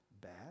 bad